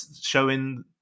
showing